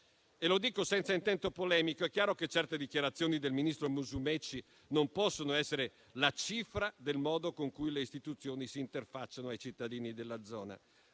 Lo dico senza intento polemico: è chiaro che certe dichiarazioni del ministro Musumeci non possono essere la cifra del modo con cui le istituzioni si interfacciano ai cittadini della zona.